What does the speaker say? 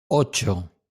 ocho